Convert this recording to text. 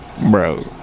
Bro